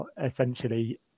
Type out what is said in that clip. essentially